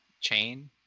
chain